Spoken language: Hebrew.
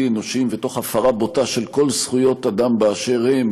אנושיים ותוך הפרה בוטה של כל זכויות אדם באשר הן,